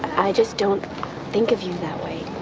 i just don't think of you that way.